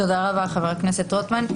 תודה רבה, חבר הכנסת רוטמן.